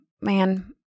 man